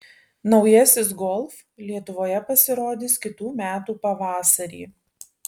naujasis golf lietuvoje pasirodys kitų metų pavasarį